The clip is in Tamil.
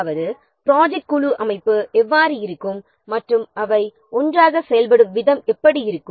அதாவது ப்ராஜெக்ட் குழு அல்லது அமைப்பு எவ்வாறு இருக்கும் மற்றும் அவை ஒன்றாகச் செயல்படும் விதம் எப்படி இருக்கும்